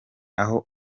aho